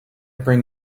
bring